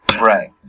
Right